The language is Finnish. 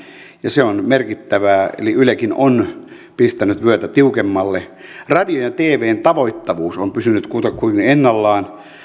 ja se on merkittävää eli ylekin on pistänyt vyötä tiukemmalle radion ja tvn tavoittavuus on pysynyt kutakuinkin ennallaan